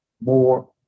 more